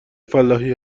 فلاحی